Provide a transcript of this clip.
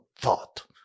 thought